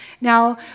Now